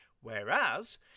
Whereas